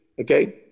okay